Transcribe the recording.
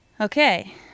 Okay